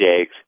eggs